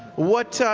what